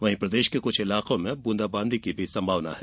वहीं प्रदेश के कुछ इलाकों में बूंदाबांदी की संभावना भी है